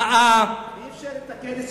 אי-אפשר לתקן,